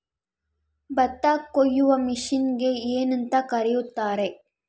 ಭತ್ತ ಕೊಯ್ಯುವ ಮಿಷನ್ನಿಗೆ ಏನಂತ ಕರೆಯುತ್ತಾರೆ?